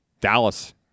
Dallas